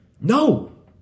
No